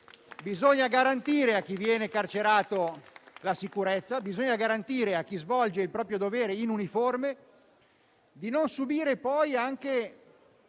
Bisogna garantire a chi viene carcerato la sicurezza, ma bisogna garantire a chi svolge il proprio dovere in uniforme di non subire anche